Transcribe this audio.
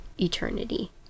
eternity